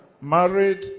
married